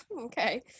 Okay